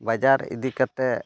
ᱵᱟᱡᱟᱨ ᱤᱫᱤ ᱠᱟᱛᱮᱫ